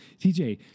TJ